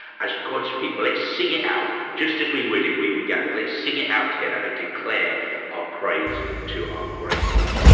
as god's people, let's sing it out, just as we would if we were gathered. let's sing it out together and declare our praise to our great god.